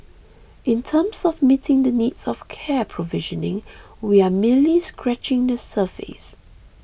in terms of meeting the needs of care provisioning we are merely scratching the surface